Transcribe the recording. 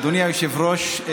אדוני היושב-ראש,